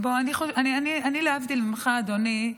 אני, להבדיל ממך, אדוני,